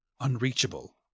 unreachable